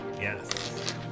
Yes